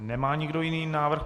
Nemá nikdo jiný návrh.